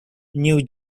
new